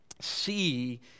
see